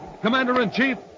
Commander-in-Chief